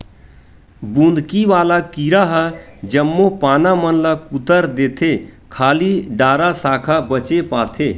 बुंदकी वाला कीरा ह जम्मो पाना मन ल कुतर देथे खाली डारा साखा बचे पाथे